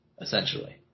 Essentially